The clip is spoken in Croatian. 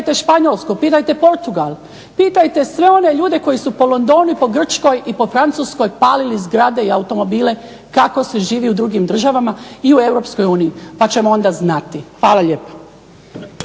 pitajte Španjolsku, pitajte Portugal, pitajte sve one ljude koji su po Londonu i po Grčkoj i po Francuskoj palili zgrade i automobile kako se živi u drugim državama i u Europskoj uniji pa ćemo onda znati. Hvala lijepa.